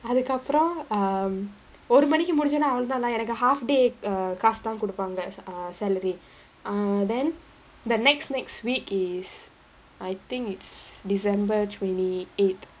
அதுக்கப்பறம்:athukkapparam um ஒரு மணிக்கு முடிஞ்சோன அவளோதா:oru manikku mudinjona avalodha lah எனக்கு:enakku half day err காஸ்தா குடுப்பாங்க:kaasthaa kuduppaanga err salary uh then the next next week is I think it's december twenty eight